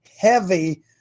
heavy